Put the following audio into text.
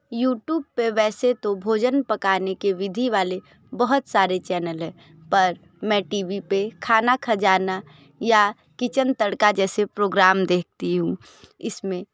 YouTube पे वैसे तो भोजन पकाने के विधि वाले बहुत सारे चैनल हैं पर मैं टीवी पे खाना खज़ाना या किचन तड़का जैसे प्रोग्राम देखती हूँ इसमें